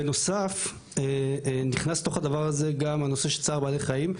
בנוסף נכנס לתוך הדבר הזה גם הנושא של צער בעלי חיים,